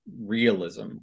realism